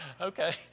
Okay